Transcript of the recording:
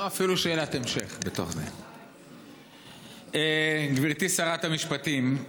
אפילו שאלת המשך: גברתי שרת המשפטים,